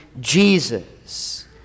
Jesus